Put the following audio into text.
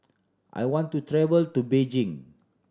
I want to travel to Beijing